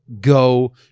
go